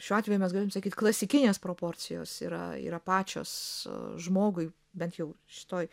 šiuo atveju mes galim sakyt klasikinės proporcijos yra yra pačios žmogui bent jau šitoj